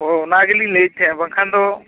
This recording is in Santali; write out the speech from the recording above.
ᱦᱳᱭ ᱚᱱᱟ ᱜᱮᱞᱤᱧ ᱞᱟᱹᱭ ᱮᱫ ᱛᱟᱦᱮᱸᱱᱟ ᱵᱟᱝᱠᱷᱟᱱ ᱫᱚ